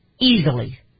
easily